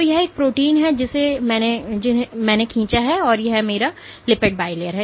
तो यह एक प्रोटीन है जिसे मैंने खींचा है और यह मेरा लिपिड bilayer है